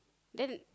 then